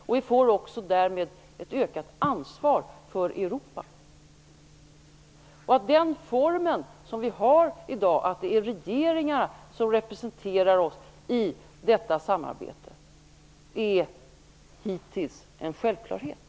Därmed får vi också ett ökat ansvar för Europa. Den form som vi har i dag, att det är regeringarna som representerar oss i detta samarbete, är hittills en självklarhet.